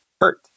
hurt